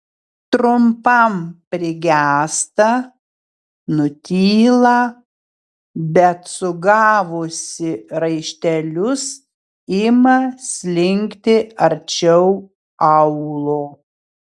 trumpam prigęsta nutyla bet sugavusi raištelius ima slinkti arčiau aulo